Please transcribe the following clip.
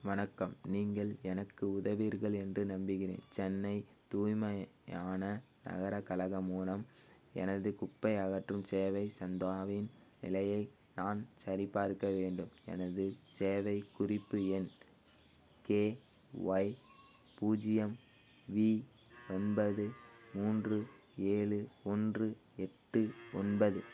வணக்கம் நீங்கள் எனக்கு உதவுவீர்கள் என்று நம்புகிறேன் சென்னை தூய்மையான நகரக் கழகம் மூலம் எனது குப்பை அகற்றும் சேவை சந்தாவின் நிலையை நான் சரிபார்க்க வேண்டும் எனது சேவை குறிப்பு எண் கே ஒய் பூஜ்ஜியம் வி ஒன்பது மூன்று ஏழு ஒன்று எட்டு ஒன்பது